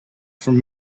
from